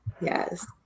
yes